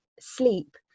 sleep